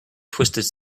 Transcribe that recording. twisted